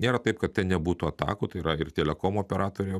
nėra taip kad ten nebūtų atakų tai yra ir telekomo operatorio